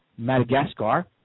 Madagascar